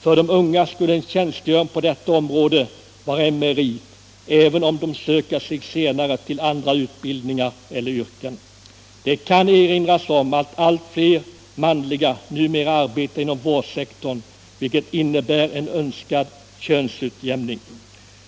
För de unga skulle en tjänstgöring på detta område vara en merit även om de senare söker sig till andra utbildningar eller yrken. Det kan erinras om att allt fler män numera arbetar inom vårdsektorn vilket innebär en önskad könsutjämning.